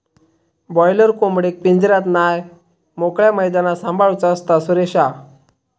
boiler कोंबडेक पिंजऱ्यात नाय मोकळ्या मैदानात सांभाळूचा असता, सुरेशा